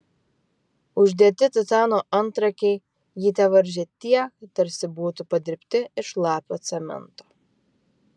uždėti titano antrankiai jį tevaržė tiek tarsi būtų padirbdinti iš šlapio cemento